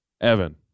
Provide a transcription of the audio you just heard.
Evan